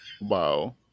wow